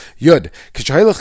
Yud